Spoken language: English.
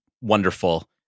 wonderful